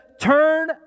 turn